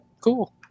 cool